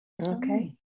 okay